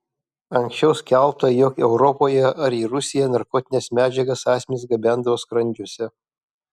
anksčiau skelbta jog europoje ar į rusiją narkotines medžiagas asmenys gabendavo skrandžiuose